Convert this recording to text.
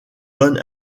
donne